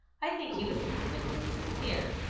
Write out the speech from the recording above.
i think he was perfectly sincere.